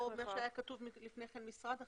לפני כן היה כתוב משרד החינוך.